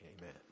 Amen